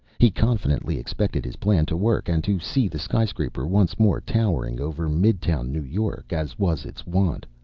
he confidently expected his plan to work, and to see the sky-scraper once more towering over mid-town new york as was its wont,